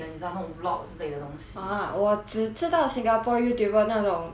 ah 我只知道 singapore youtuber 那种 at least